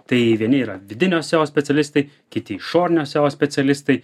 tai vieni yra vidinio seo specialistai kiti išorinio seo specialistai